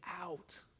out